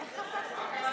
איך קפצתם ל-29?